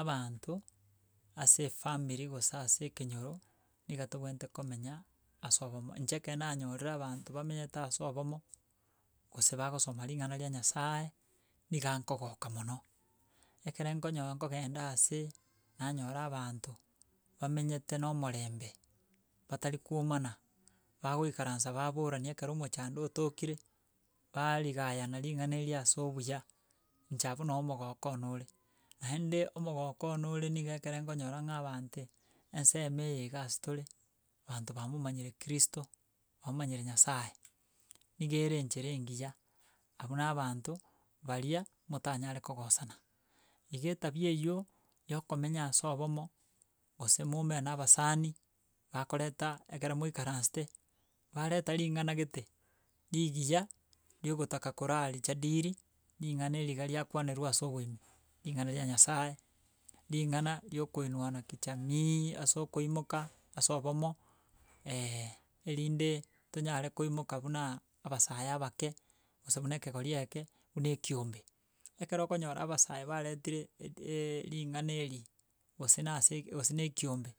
abanto ase efamiri gose ase ekenyoro, niga tobwenerete komenya, ase obomo, inche ekero nanyorire abanto bamenyete ase obomo, gose bagosoma ring'ana ria nyasaye, niga nkogoka mono. Ekere nkonyo nkogenda ase nanyora abanto, bamenyete na omorembe, batari kwomana bagoikaransa baborani ekero omochando otokire barigayana ring'ana erio ase obuya inche abwo no omogoko one ore. Naende omogoko one ore niga ekere nkonyora ng'a abante ensemo eye ase tore, abanto bamomanyire kristo, bamomanyire nyasaye, niga ere enchera engiya abwo na abanto baria motanyare kogosana. Iga etabia eywo, ya okomenya ase obomo, gose moumerana na abasani bakoreta ekero moikaransete bareta ring'ana gete rigiya, riogokotaka kora rijadiri ring'ana erio iga riakwanerwa ase oboime ring'ana ria nyasaye, ring'ana ria okoinuana kijamii ase okimoka ase obomo erinde tonyare koimoka buna abasaya abake gose buna ekegori egeke, buna ekiombe. Ekero okonyora abasae baretire ring'ana eri gose na ase gose na ekiombe.